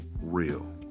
real